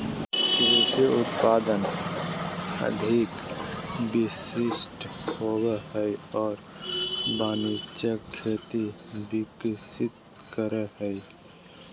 कृषि उत्पादन अधिक विशिष्ट होबो हइ और वाणिज्यिक खेती विकसित करो हइ